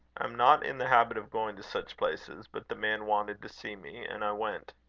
i am not in the habit of going to such places, but the man wanted to see me, and i went.